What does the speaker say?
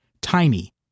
Tiny